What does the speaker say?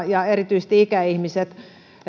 ja erityisesti ikäihmisillä